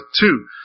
two